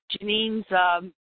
Janine's